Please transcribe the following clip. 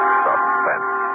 suspense